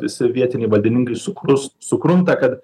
visi vietiniai valdininkai sukrus sukrunta kad